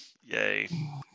Yay